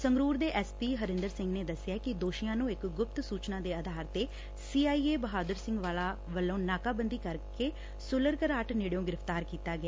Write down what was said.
ਸੰਗਰੂਰ ਦੇ S P Harinder Singh ਨੇ ਦਸਿਆ ਕਿ ਦੋਸ਼ੀਆਂ ਨੂੰ ਇਕ ਗੁਪਤ ਸੂਚਨਾ ਦੇ ਆਧਾਰ ਤੇ ਸੀਆਈਏ ਬਹਾਦੁਰ ਸਿੰਘ ਵਾਲਾ ਵੱਲੋਂ ਨਾਕਾ ਬੰਦੀ ਕਰਕੇ ਸੁਲਰ ਘਰਾਟ ਨੇਤਿਓਂ ਗ੍ਰਿਫ਼ਤਾਰ ਕੀਤਾ ਗਿਆ